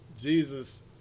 Jesus